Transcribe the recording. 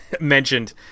mentioned